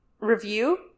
review